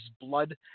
blood